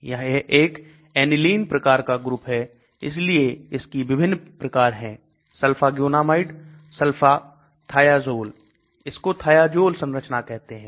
यह एक aniline प्रकार का ग्रुप है इसलिए इसके विभिन्न प्रकार हैं Sulfaguanidine Sulfathiazole इसको thiazole संरचना कहते हैं